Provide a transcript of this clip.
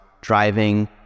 driving